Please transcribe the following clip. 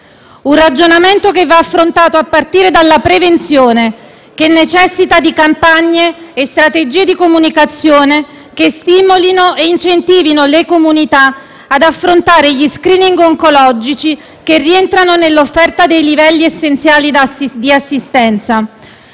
Un ragionamento che va affrontato a partire dalla prevenzione, che necessita di campagne e strategie di comunicazione che stimolino ed incentivino le comunità ad affrontare gli *screening* oncologici che rientrano nell'offerta dei livelli essenziali di assistenza,